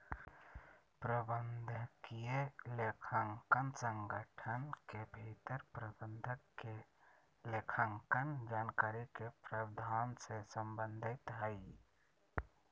प्रबंधकीय लेखांकन संगठन के भीतर प्रबंधक के लेखांकन जानकारी के प्रावधान से संबंधित हइ